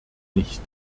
nicht